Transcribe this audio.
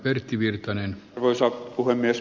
melkein arvasin mitä ed